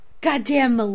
Goddamn